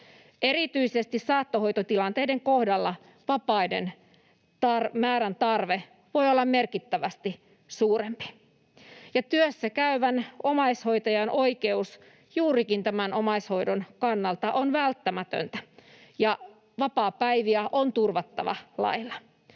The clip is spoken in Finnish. Erityisesti saattohoitotilanteiden kohdalla vapaiden määrän tarve voi olla merkittävästi suurempi, ja työssäkäyvän omaishoitajan oikeus juurikin tämän omaishoidon kannalta on välttämätön, ja vapaapäiviä on turvattava laeilla.